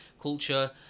culture